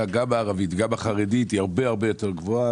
גם הערבית וגם החרדית היא הרבה יותר גבוהה.